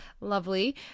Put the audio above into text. lovely